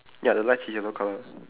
ya the lights is yellow colour